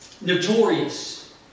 notorious